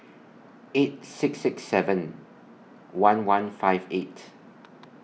eight six six seven one one five eight